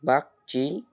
Bagchi